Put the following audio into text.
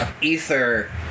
ether